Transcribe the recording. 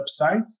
website